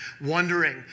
wondering